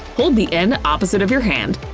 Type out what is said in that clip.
hold the end opposite of your hand.